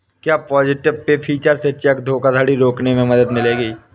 क्या positive pay feature से cheque धोखाधड़ी रोकने में मदद मिलेगी?